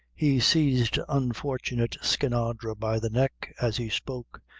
he seized unfortunate skinadre by the neck, as he spoke,